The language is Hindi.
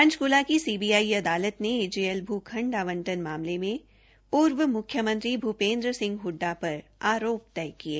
पंचकूला की सीबीआई अदालत ने एजेएल भूखंड आबंटन मामले में पूर्व मुख्यमंत्री भूपेन्द्र सिंह हड्डा पर आरोप तय किये